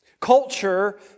Culture